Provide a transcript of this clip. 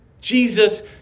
Jesus